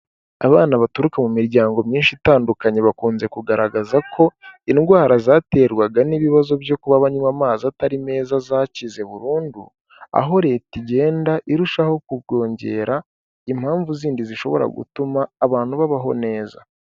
Abana baturuka mu miryango myinshi itandukanye bakunze kugaragaza ko, indwara zaterwaga n'ibibazo byo kuba banywa amazi atari meza zakize burundu, aho Leta igenda irushaho ku kongera impamvu zindi zishobora gutuma abantu babaho neza.